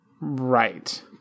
right